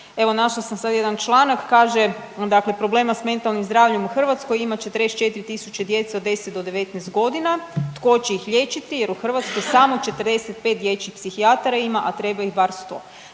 Evo našla sam sad jedan članak kaže, dakle problema s mentalnim zdravljem u Hrvatskoj ima 44.000 djece od 10 do 19 godina, tko će ih liječiti jer je u Hrvatskoj samo 45 dječjih psihijatara ima, a treba ih bar 100.